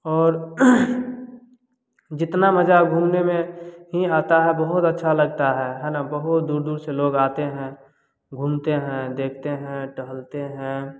और जितना मज़ा घूमने में ही आता है बहुत अच्छा लगता है है न बहूत दूर दूर से लोग आते हैं घूमते हैं देखते हैं टहलते हैं